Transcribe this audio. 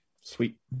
Sweet